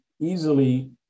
easily